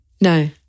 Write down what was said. No